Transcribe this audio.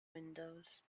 windows